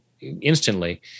instantly